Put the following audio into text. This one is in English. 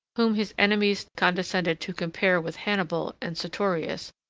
whom his enemies condescended to compare with hannibal and sertorius,